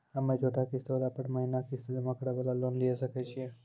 हम्मय छोटा किस्त वाला पर महीना किस्त जमा करे वाला लोन लिये सकय छियै?